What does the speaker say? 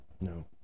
No